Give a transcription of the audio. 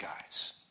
guys